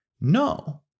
No